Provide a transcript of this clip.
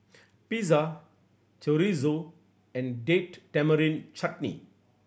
Pizza Chorizo and Date Tamarind Chutney